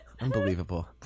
Unbelievable